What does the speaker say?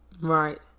right